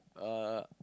uh